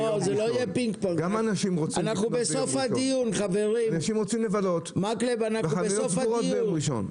גם האנשים רוצים לקנות ביום ראשון.